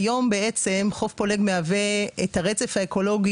כיום בעצם חוף פולג מהווה את הרצף האקולוגי